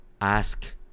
ask